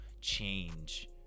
change